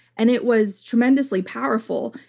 and it was tremendously powerful.